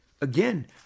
again